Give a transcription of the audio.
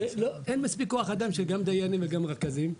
ולא, אין מספיק כוח אדם של גם דיינים וגם רכזים.